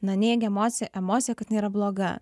na neig emocija emocija kad jin yra bloga